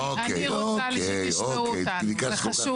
אני רוצה שתשמעו אותנו, זה חשוב לי.